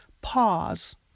pause